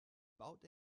baut